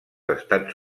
estats